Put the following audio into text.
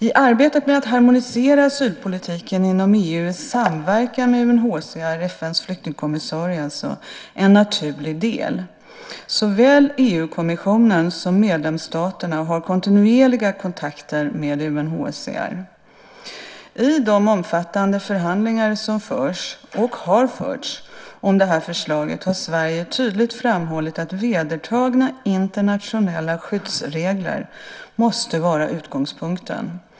I arbetet med att harmonisera asylpolitiken inom EU är samverkan med UNHCR, FN:s flyktingkommissarie, en naturlig del. Såväl EU-kommissionen som medlemsstaterna har kontinuerliga kontakter med UNHCR. I de omfattande förhandlingar som förs och har förts om det här förslaget har Sverige tydligt framhållit att vedertagna internationella skyddsregler måste vara utgångspunkten.